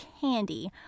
candy